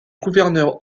gouverneur